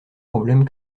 problèmes